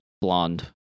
blonde